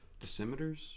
decimeters